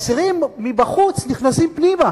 ואסירים מבחוץ נכנסים פנימה